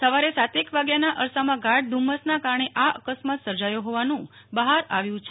સવારે સાતેક વાગ્યાના અરસામાં ગાઢ ધુમ્મસના કારણે આ અકસ્માત સર્જાયો હોવાનું બહાર આવ્યું છે